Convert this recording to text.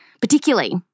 particularly